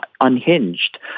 unhinged